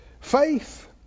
faith